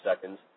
seconds